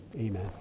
Amen